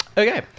Okay